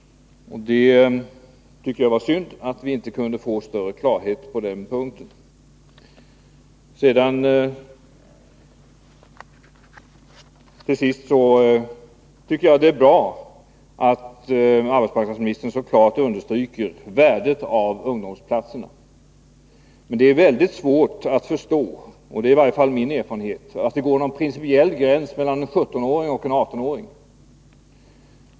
Jag tycker det var synd att vi inte kunde få större klarhet på den punkten. Sedan tycker jag att det är bra att arbetsmarknadsministern så klart understryker värdet av ungdomsplatserna. Men det är mycket svårt att förstå — det är i varje fall min erfarenhet — att det går en principiell gräns mellan en 17-åring och en 18-åring.